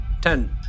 Ten